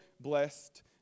blessed